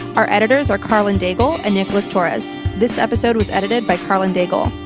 our editors are karlyn daigle and nicholas torres. this episode was edited by karlyn daigle.